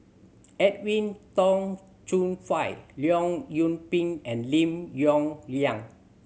Edwin Tong Chun Fai Leong Yoon Pin and Lim Yong Liang